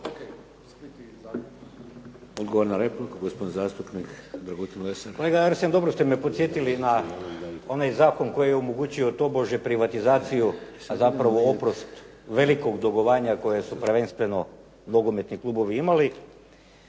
Odgovor na repliku gospodin zastupnik Dragutin Lesar. **Lesar, Dragutin (Nezavisni)** Kolega Arsen dobro ste me podsjetili na onaj zakon koji je omogućio tobože privatizaciju a zapravo oprost velikog dugovanja koje su prvenstveno nogometni klubovi imali